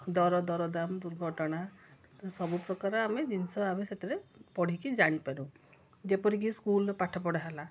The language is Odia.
ଦର ଦରଦାମ୍ ଦୁର୍ଘଟଣା ସବୁପ୍ରକାର ଆମେ ଜିନିଷ ଆମେ ସେଥିରେ ପଢ଼ିକି ଜାଣିପାରୁ ଯେପରିକି ସ୍କୁଲ୍ ପାଠ ପଢ଼ା ହେଲା